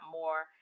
more